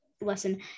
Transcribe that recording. lesson